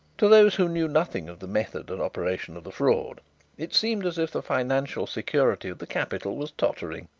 to those who knew nothing of the method and operation of the fraud it seemed as if the financial security of the capital was tottering.